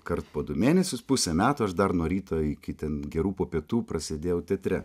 kart po du mėnesius pusę metų aš dar nuo ryto iki ten gerų po pietų prasėdėjau teatre